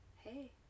Hey